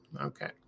Okay